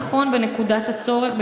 הנכון בנקודת הצורך,